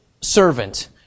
servant